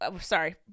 Sorry